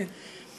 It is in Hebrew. כן.